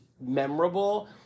memorable